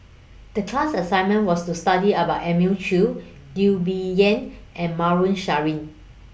The class assignment was to study about Elim Chew Teo Bee Yen and Maarof Salleh